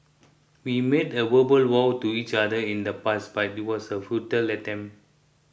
we made a verbal vows to each other in the past but it was a futile attempt